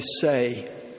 say